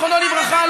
זיכרונו לברכה,